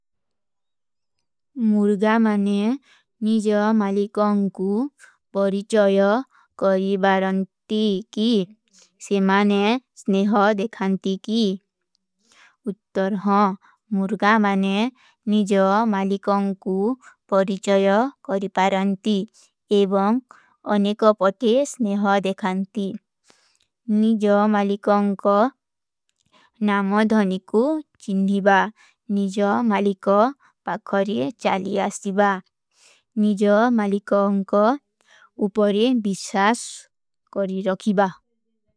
ମୁର୍ଗା ମାନେ ନିଜା ମାଲିକାଁ କୁ ପରିଚଯ କରୀ ବାରଂତୀ କୀ। ସେ ମାନେ ସ୍ନେହା ଦେଖାନ୍ତୀ କୀ। ଉତ୍ତର ହାଁ, ମୁର୍ଗା ମାନେ ନିଜା ମାଲିକାଁ କୁ ପରିଚଯ କରୀ ବାରଂତୀ ଏବଂ ଅନେକ ପତେ ସ୍ନେହା ଦେଖାନ୍ତୀ। ନିଜା ମାଲିକାଁ କା ନାମା ଧନିକୁ ଚିନ୍ଦୀ ବାରଂତୀ। ନିଜା ମାଲିକାଁ ପକଖରେ ଚାଲୀ ଆସ୍ତୀ ବାରଂତୀ। ନିଜା ମାଲିକାଁ କା ଉପରେ ଵିଶାସ କରୀ ରଖୀ ବାରଂତୀ।